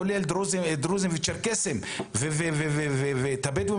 כולל דרוזים וצ'רקסים והבדואים,